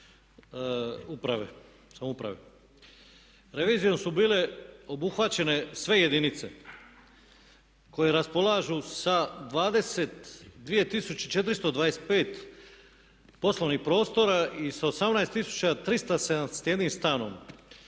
uprave, samouprave. Revizijom su bile obuhvaćene sve jedinice koje raspolažu sa 22425 poslovnih prostora i sa 18371 stanom